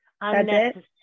Unnecessary